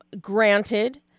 Granted